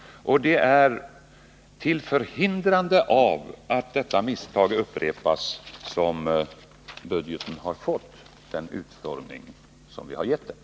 Det är till förhindrande av att detta misstag upprepas som budgeten har fått den utformning som vi har givit den.